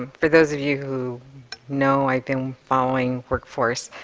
for those of you who know, i've been following workforce,